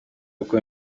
uko